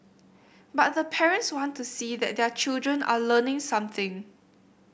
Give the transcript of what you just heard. but the parents want to see that their children are learning something